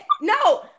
No